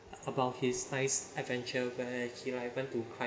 about his nice adventure where he like happen to climb